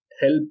help